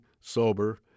sober